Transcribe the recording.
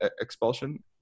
expulsion